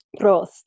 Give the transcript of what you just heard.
Prost